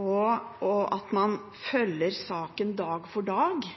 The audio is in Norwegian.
og at man følger saken dag for dag,